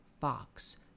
Fox